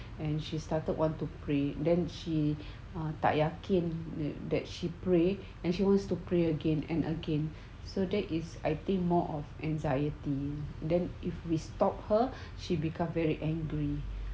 and she started want to pray then she ah tak yakin that she pray and she wants to pray again and again so that is I think more of anxiety then if we stop her she became very angry